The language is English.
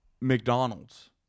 McDonald's